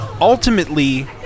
ultimately